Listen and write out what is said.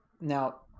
Now